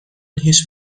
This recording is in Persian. هیچ